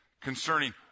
concerning